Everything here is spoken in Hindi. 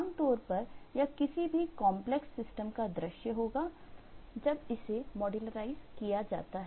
आम तौर पर यह किसी भी कॉम्प्लेक्स सिस्टम का दृश्य होगा जब इसे मॉड्यूलराईज किया जाता है